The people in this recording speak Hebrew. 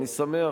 אני שמח